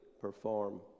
perform